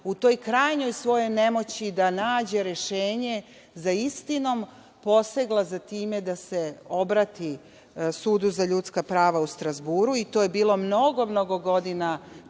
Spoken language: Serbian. u toj krajnjoj svojoj nemoći da nađe rešenje za istinom posegla za time da se obrati Sudu za ljudska prava u Strazburu. To je bilo mnogo, mnogo godina